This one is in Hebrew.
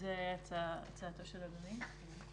שזה הצעתו של אדוני.